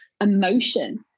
emotion